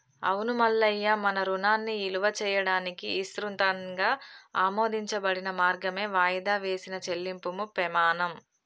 అవును మల్లయ్య మన రుణాన్ని ఇలువ చేయడానికి ఇసృతంగా ఆమోదించబడిన మార్గమే వాయిదా వేసిన చెల్లింపుము పెమాణం